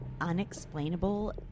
unexplainable